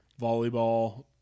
Volleyball